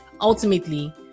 Ultimately